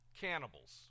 Cannibals